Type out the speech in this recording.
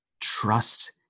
Trust